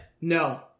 no